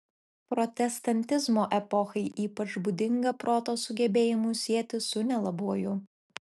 protestantizmo epochai ypač būdinga proto sugebėjimus sieti su nelabuoju